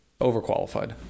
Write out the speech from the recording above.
overqualified